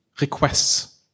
requests